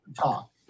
Talk